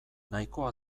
nahikoa